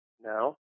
No